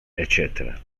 ecc